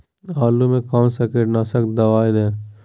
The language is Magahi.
आलू में कौन सा कीटनाशक दवाएं दे?